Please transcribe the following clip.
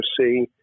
see